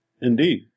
Indeed